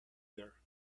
there